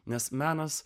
nes menas